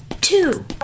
two